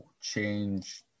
change